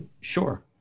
Sure